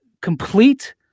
complete